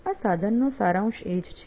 આ સાધનનો સારાંશ એ જ છે